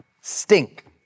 stink